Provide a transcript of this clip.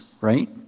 right